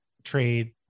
trade